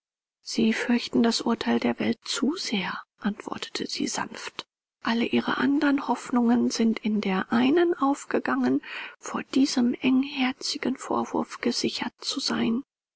sie fürchten das urteil der welt zu sehr antwortete sie sanft alle ihre andern hoffnungen sind in der einen aufgegangen vor diesem engherzigen vorwurf gesichert zu sein